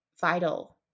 vital